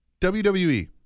WWE